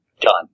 done